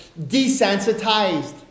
desensitized